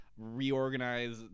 reorganize